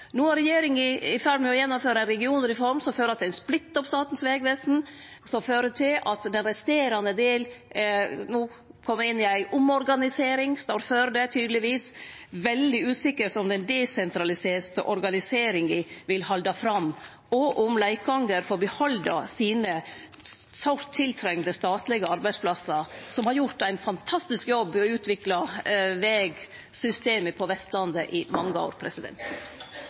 No er regjeringa i ferd med å gjennomføre ei regionreform som fører til at ein splittar opp Statens vegvesen, som fører til at den resterande delen tydelegvis står føre ei omorganisering. Det er veldig usikkert om den desentraliserte organiseringa vil halde fram, og om Leikanger får behalde sine sårt tiltrengte statlege arbeidsplassar. Dei har gjort ein fantastisk jobb med å utvikle vegsystemet på Vestlandet i mange år.